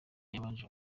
yabanje